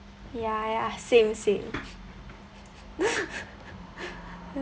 ya ya same same